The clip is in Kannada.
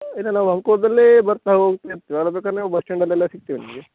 ಇಲ್ಲ ನಾವು ಅಂಕೋಲದಲ್ಲೇ ಬರ್ತಾ ಹೋಗ್ತಾ ಇರ್ತಿವಿ ಅಲಾ ಬೇಕಾರೆ ನೀವು ಬಸ್ ಸ್ಟ್ಯಾಂಡಲ್ಲೆಲ್ಲ ಸಿಗ್ತೀವಿ ನಿಮಗೆ